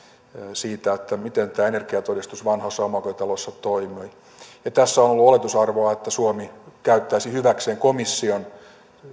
siitä miten tämä energiatodistus vanhoissa omakotitaloissa toimii tässä on on ollut oletusarvona että suomi käyttäisi hyväkseen komission